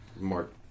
Mark